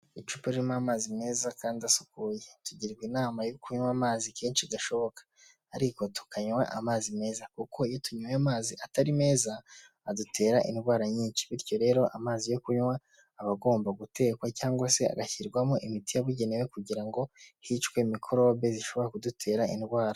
Icupa ririmo amazi meza kandi asukuye, tugirwa inama yo kunywa amazi kenshi gashoboka ariko tukanywa amazi meza kuko iyo tunyoye amazi atari meza, adutera indwara nyinshi, bityo rero amazi yo kunywa aba agomba gutekwa cyangwa se agashyirwamo imiti yabugenewe kugira ngo hicwe mikorobe zishobora kudutera indwara.